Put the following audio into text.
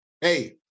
hey